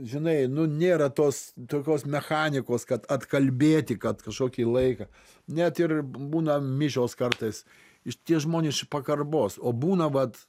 žinai nu nėra tos tokios mechanikos kad atkalbėti kad kažkokį laiką net ir būna mišios kartais iš tie žmonės iš pagarbos o būna vat